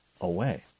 away